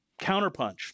Counterpunch